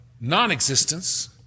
non-existence